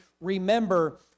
remember